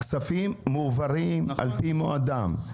הכספים מועברים על פי מועדם.